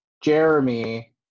Jeremy